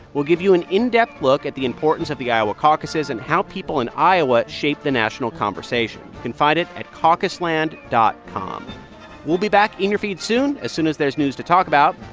will give you an in-depth look at the importance of the iowa caucuses and how people in iowa shape the national conversation. you can find it at caucusland dot com we'll be back in your feed soon as soon as there's news to talk about.